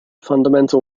fundamental